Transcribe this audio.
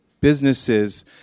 businesses